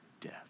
death